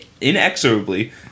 Inexorably